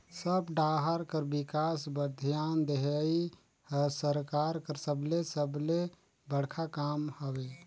सब डाहर कर बिकास बर धियान देहई हर सरकार कर सबले सबले बड़खा काम हवे